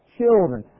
children